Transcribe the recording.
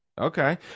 okay